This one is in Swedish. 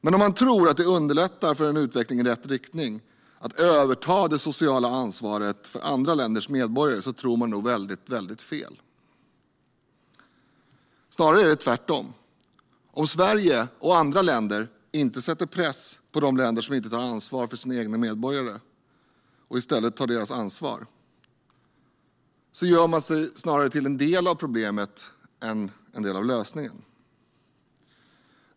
Men om man tror att det underlättar en utveckling i rätt riktning att överta det sociala ansvaret för andra länders medborgare tror man nog väldigt fel. Snarare är det tvärtom. Om Sverige och andra länder inte sätter press på de länder som inte tar socialt ansvar för sina medborgare utan tar deras ansvar gör de sig till en del av problemet snarare än en del av lösningen.